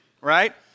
right